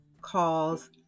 calls